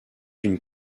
une